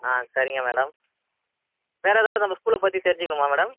ஆ சரிங்க மேடம் வேறு ஏதாவது நம்ம ஸ்கூலை பற்றி தெரிஞ்சிக்கிணுமா மேடம்